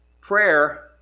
prayer